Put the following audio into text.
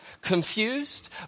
confused